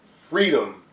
freedom